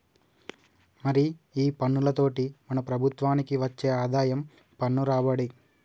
మరి ఈ పన్నులతోటి మన ప్రభుత్వనికి వచ్చే ఆదాయం పన్ను రాబడి